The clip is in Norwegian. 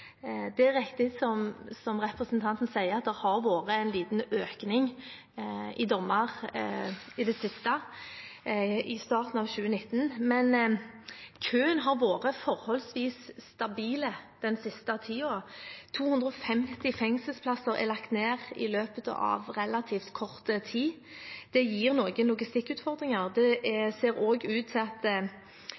Det er riktig som representanten sier, at det har vært en liten økning i dommer i det siste, i starten av 2019, men køen har vært forholdsvis stabil den siste tiden. 250 fengselsplasser er lagt ned i løpet av relativt kort tid. Det gir noen logistikkutfordringer. Det ser også ut til at